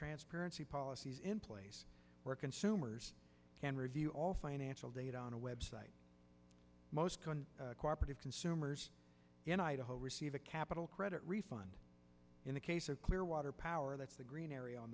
transparency policies in place where consumers can review all financial data on a website most cooperative consumers in idaho receive a capital credit refund in the case of clear water power that's the green